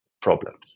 problems